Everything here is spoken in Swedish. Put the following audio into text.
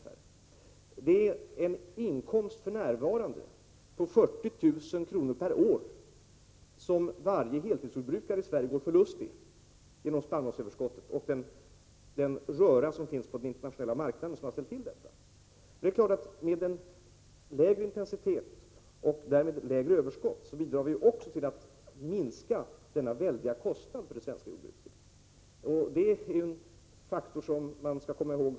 Varje heltidsjordbrukare i Sverige går för närvarande förlustig en inkomst på 40 000 kr. per år. Det är spannmålsöverskottet och den röra som råder på den internationella marknaden som har ställt till med detta. Genom en lägre intensitet och därigenom ett lägre överskott bidrar vi också till att minska denna väldiga kostnad för det svenska jordbruket.